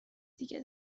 دیگه